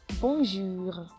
bonjour